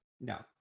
No